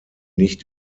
nicht